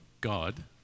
God